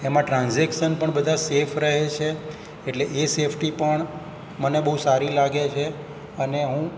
એમાં ટ્રાનઝેક્સન પણ બધા સેફ રહે છે એટલે એ સેફટી પણ મને બહુ સારી લાગે છે અને હું